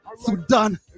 Sudan